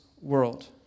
world